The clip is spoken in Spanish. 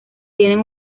tienen